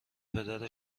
پدر